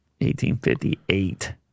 1858